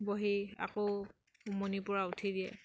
বহি আকৌ উমনিৰ পৰা উঠি দিয়ে